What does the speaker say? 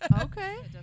Okay